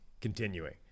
continuing